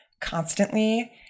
constantly